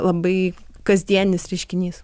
labai kasdienis reiškinys